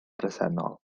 bresennol